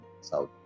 south